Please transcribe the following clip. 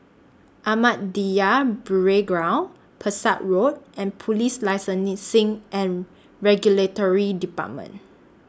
Ahmadiyya Burial Ground Pesek Road and Police Licensing and Regulatory department